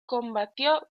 combatió